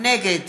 נגד